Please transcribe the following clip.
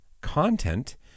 Content